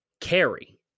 carry